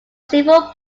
several